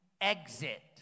exit